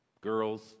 girls